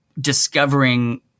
Discovering